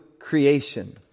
creation